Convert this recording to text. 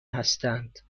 هستند